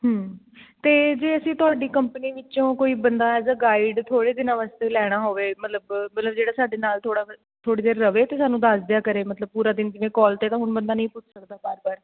ਅਤੇ ਜੇ ਅਸੀਂ ਤੁਹਾਡੀ ਕੰਪਨੀ ਵਿੱਚੋਂ ਕੋਈ ਬੰਦਾ ਐਜ ਆ ਗਾਈਡ ਥੋੜ੍ਹੇ ਦਿਨਾਂ ਵਾਸਤੇ ਲੈਣਾ ਹੋਵੇ ਮਤਲਬ ਮਤਲਬ ਜਿਹੜਾ ਸਾਡੇ ਨਾਲ਼ ਥੋੜ੍ਹਾ ਥੋੜ੍ਹੀ ਦੇਰ ਰਹੇ ਅਤੇ ਸਾਨੂੰ ਦੱਸ ਦਿਆ ਕਰੇ ਮਤਲਬ ਪੂਰਾ ਦਿਨ ਜਿਵੇਂ ਫੋਨ 'ਤੇ ਤਾਂ ਹੁਣ ਬੰਦਾ ਨਹੀਂ ਪੁੱਛ ਸਕਦਾ ਵਾਰ ਵਾਰ